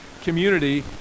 community